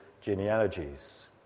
genealogies